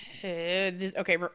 okay